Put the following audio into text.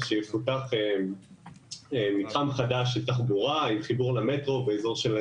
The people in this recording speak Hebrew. כשיפותח מתחם חדש של תחבורה עם חיבור למטרו באזור של